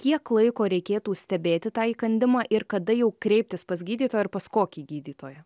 kiek laiko reikėtų stebėti tą įkandimą ir kada jau kreiptis pas gydytoją ir pas kokį gydytoją